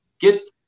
get